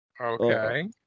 Okay